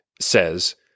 says